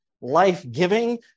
life-giving